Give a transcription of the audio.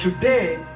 today